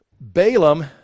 Balaam